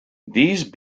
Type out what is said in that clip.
these